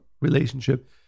relationship